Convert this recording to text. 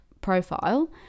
profile